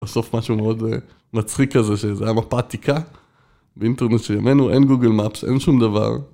בסוף משהו מאוד מצחיק כזה, שזו הייתה מפה עתיקה באינטרנט שאיננו, אין גוגל מפס, אין שום דבר.